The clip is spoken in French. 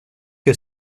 que